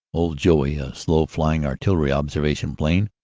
old joey, a slo v-flying artillery observation plane,